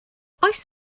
oes